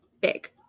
big